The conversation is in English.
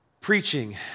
Preaching